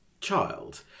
child